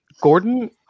Gordon